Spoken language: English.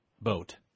boat